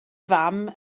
fam